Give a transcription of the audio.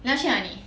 你要去哪里